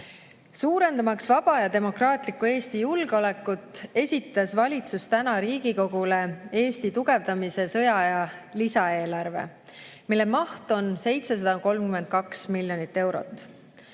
määramatust. Suurendamaks vaba ja demokraatliku Eesti julgeolekut, esitas valitsus täna Riigikogule Eesti tugevdamise sõjaaja lisaeelarve, mille maht on 732 miljonit eurot.